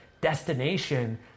destination